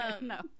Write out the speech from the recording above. No